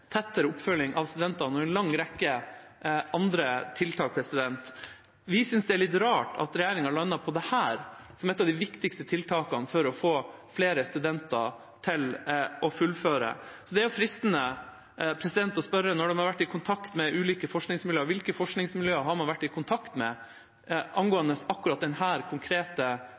tettere oppfølging av studentene og en lang rekke andre tiltak. Vi synes det er litt rart at regjeringa landet på dette som et av de viktigste tiltakene for å få flere studenter til å fullføre. Det er fristende å spørre – når de har vært i kontakt med ulike forskningsmiljøer: Hvilke forskningsmiljøer har man vært i kontakt med angående akkurat denne konkrete